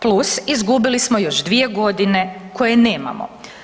Plus, izgubili smo još 2 godine koje nemamo.